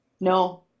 No